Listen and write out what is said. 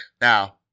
Now